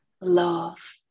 love